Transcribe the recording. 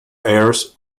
heirs